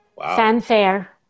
Fanfare